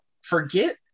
forget